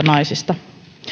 naisista